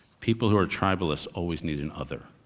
people who are tribalists always need another.